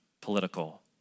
political